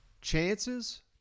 Chances